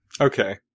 Okay